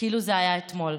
כאילו זה היה אתמול.